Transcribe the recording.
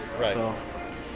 right